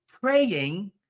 praying